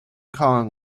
kong